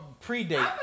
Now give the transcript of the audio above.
pre-date